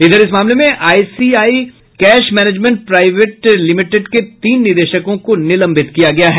इधर इस मामले में ICI cash management private limited के तीन निदेशकों को निलंबित किया गया है